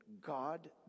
God